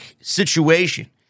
situation